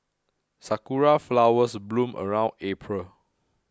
sakura flowers bloom around April